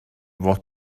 fod